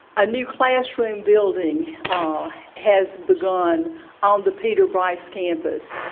a new classroom building has begun on the peter bryce campus.